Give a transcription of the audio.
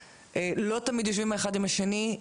לא תמיד יושבים אחד עם השני,